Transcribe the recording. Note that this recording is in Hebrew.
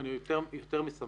אני יותר משמח.